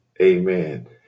Amen